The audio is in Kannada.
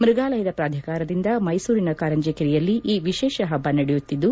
ಮ್ಯಗಾಲಯ ಪ್ರಾಧಿಕಾರದಿಂದ ಮ್ಯೆಸೂರಿನ ಕಾರಂಜಿ ಕರೆಯಲ್ಲಿ ಈ ವಿಶೇಷ ಹಬ್ಬ ನಡೆಯುತ್ತಿದ್ದು